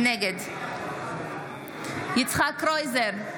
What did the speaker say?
נגד יצחק קרויזר,